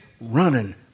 running